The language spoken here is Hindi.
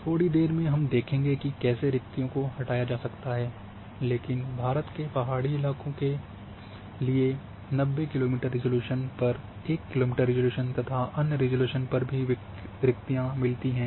थोड़ी देर में हम देखेंगे कि कैसे रिक्तियों को हटाया जा सकता है लेकिन भारत के पहाड़ी इलाकों के लिए 90 किलोमीटर रिज़ॉल्यूशन पर 1 किलोमीटर रिज़ॉल्यूशन तथा अन्य रिज़ॉल्यूशन पर भी रिक्तियाँ मिलती हैं